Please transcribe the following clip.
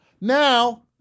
Now